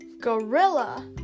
GORILLA